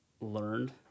learned